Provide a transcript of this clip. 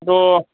কিন্তু